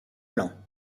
plan